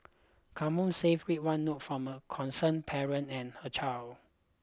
come home safe read one note from a concerned parent and her child